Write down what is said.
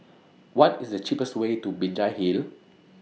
What IS The cheapest Way to Binjai Hill